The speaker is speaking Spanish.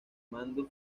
magnus